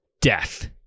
death